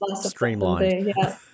streamlined